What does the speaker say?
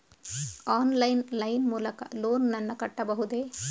Online line ಮೂಲಕ loan ನನ್ನ ಕಟ್ಟಬಹುದೇ?